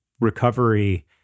recovery